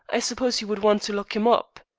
i suppose you would want to lock him up.